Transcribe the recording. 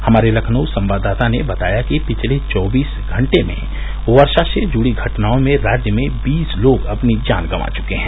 हमारे लखनऊ संवाददाता ने बताया कि पिछले चौबीस घंटे में वर्षा से जुड़ी घटनाओं में राज्य में बीस लोग अपनी जान गंवा चुके हैं